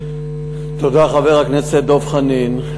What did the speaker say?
תודה, חבר הכנסת דב חנין.